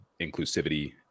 inclusivity